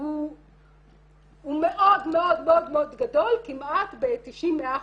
הוא מאוד מאוד גדול כמעט ב-100%-90%,